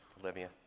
Olivia